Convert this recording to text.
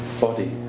body